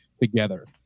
together